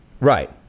Right